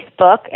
facebook